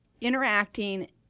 Interacting